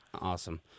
awesome